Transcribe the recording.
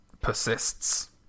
persists